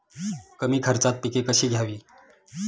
कमी खर्चात पिके कशी घ्यावी?